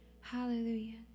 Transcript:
Hallelujah